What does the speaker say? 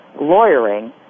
lawyering